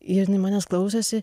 ir jinai manęs klausėsi